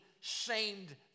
shamed